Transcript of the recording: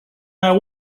now